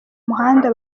muhanda